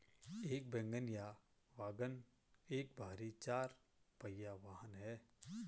एक वैगन या वाग्गन एक भारी चार पहिया वाहन है